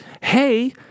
hey